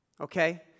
okay